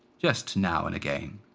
just now and again.